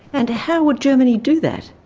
and how would germany do that?